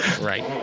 right